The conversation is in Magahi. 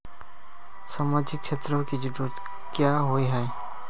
सामाजिक क्षेत्र की जरूरत क्याँ होय है?